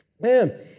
man